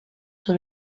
sur